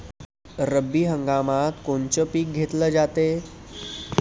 रब्बी हंगामात कोनचं पिक घेतलं जाते?